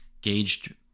gauged